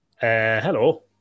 Hello